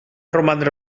romandre